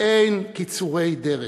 אין קיצורי דרך.